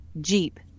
Jeep